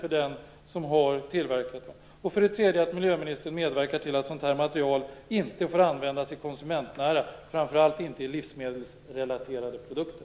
För det tredje att miljöministern medverkar till att sådant material inte får användas i konsumentnära - framför allt inte livsmedelsrelaterade - produkter.